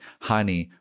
honey